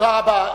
תודה רבה.